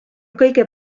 kõige